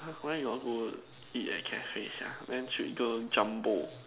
where got go eat at cafe sia then should go Jumbo